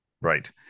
right